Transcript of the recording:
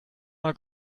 mal